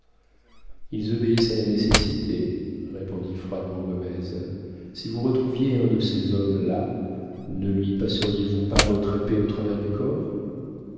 ils obéissent à la nécessité répondit froidement gomez si vous retrouviez un de ces hommes-là ne lui passeriez vous pas votre épée au travers du corps